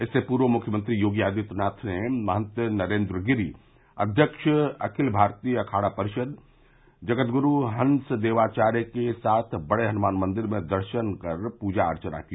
इससे पूर्व मुख्यमंत्री योगी आदित्यनाथ ने महन्त नरेन्द्र गिरि अव्यव्न अखिल भारतीय अखाड़ा परिषद जगदग्रू हंसदेवाचार्य के साथ बड़े हनुमान मन्दिर में दर्शन कर पूजा अर्चना की